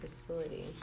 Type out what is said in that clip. facility